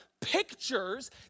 pictures